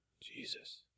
Jesus